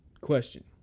question